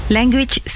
Language